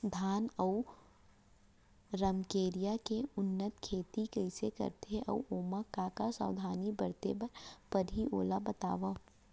धान अऊ रमकेरिया के उन्नत खेती कइसे करथे अऊ ओमा का का सावधानी बरते बर परहि ओला बतावव?